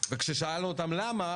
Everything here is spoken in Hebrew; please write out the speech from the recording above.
וכששאלנו אותם: למה?